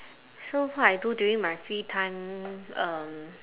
so far I do during my free time um